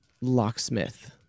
locksmith